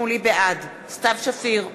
בעד סתיו שפיר,